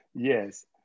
Yes